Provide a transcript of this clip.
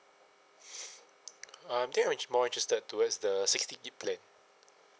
uh I think I'm int~ more interested towards the sixty gig plan